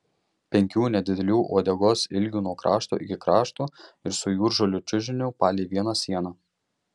penkių nedidelių uodegos ilgių nuo krašto iki krašto ir su jūržolių čiužiniu palei vieną sieną